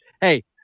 hey